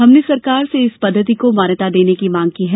हमने सरकार से इस पद्धति को मान्यता देने की मांग की है